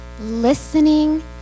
listening